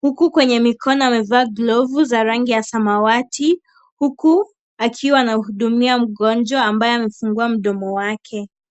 huku kwenye mikono amevaa glovu za rangi ya samawati huku akiwa anahudumia mgonjwa ambaye amefungua mdomo wake.